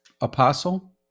apostle